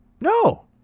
No